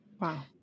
Wow